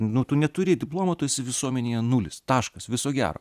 nu tu neturi diplomo tu esi visuomenėje nulis taškas viso gero